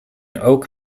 oak